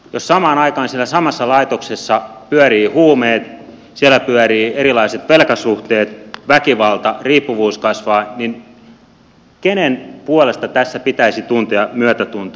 jos samaan aikaan siinä samassa laitoksessa pyörii huumeita siellä pyörivät erilaiset velkasuhteet väkivalta riippuvuus kasvaa niin kenen puolesta tässä pitäisi tuntea myötätuntoa